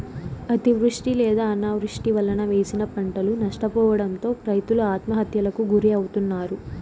అతివృష్టి లేదా అనావృష్టి వలన వేసిన పంటలు నష్టపోవడంతో రైతులు ఆత్మహత్యలకు గురి అవుతన్నారు